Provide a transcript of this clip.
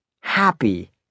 happy